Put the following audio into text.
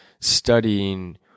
studying